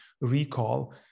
recall